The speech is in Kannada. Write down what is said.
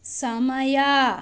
ಸಮಯ